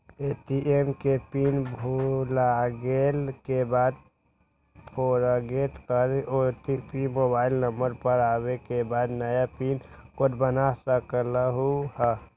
ATM के pin भुलागेल के बाद फोरगेट कर ओ.टी.पी मोबाइल नंबर पर आवे के बाद नया पिन कोड बना सकलहु ह?